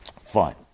fine